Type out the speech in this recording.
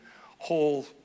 whole